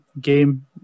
game